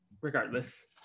regardless